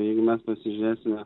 jeigu mes pasižiūrėsime